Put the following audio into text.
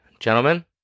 Gentlemen